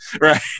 right